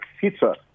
pizza